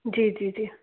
जी जी जी